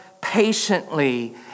patiently